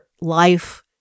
life